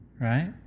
Right